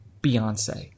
Beyonce